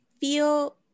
feel